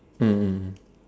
mm